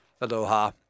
Aloha